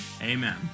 Amen